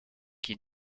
qui